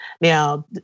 Now